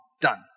Done